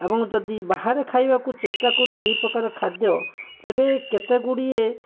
ଏବଂ ଯଦି ବାହାରେ କହିବାକୁ ଚେଷ୍ଟା କରୁ ଏହି ପ୍ରକାର ଖାଦ୍ୟ ତେବେ କେତେ ଗୁଡ଼ିଏ